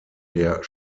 der